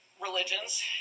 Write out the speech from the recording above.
religions